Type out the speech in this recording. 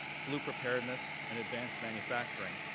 flu preparedness, and advanced manufacturing,